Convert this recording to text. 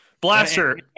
Blaster